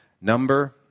number